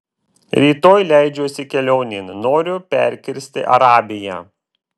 rytoj leidžiuosi kelionėn noriu perkirsti arabiją